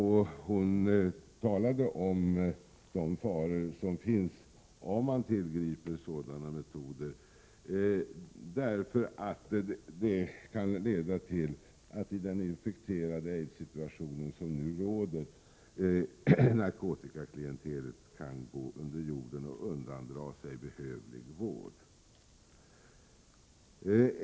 Hon talade om de faror som uppstår om man tillgriper sådana metoder. I den infekterade aidssituation som nu råder kan det leda till att narkotikaklientelet går under jorden och undandrar sig behövlig vård.